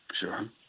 Sure